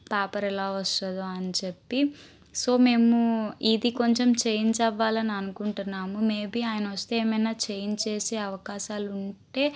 paper ఎలా వస్తుందో అని చెప్పి సో మేము ఇది కొంచెం చేంజ్ అవ్వాలని అనుకుంటున్నాము మే బి అయన వస్తే ఏమన్నా చేంజ్ చేసే అవకాశాలు ఉంటే